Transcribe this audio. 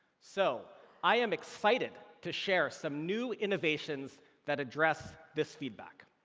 so i'm excited to share some new innovations that address this feedback.